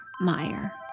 Meyer